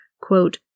quote